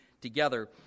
together